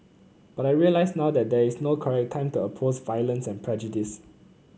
but I realise now that there is no correct time to oppose violence and prejudice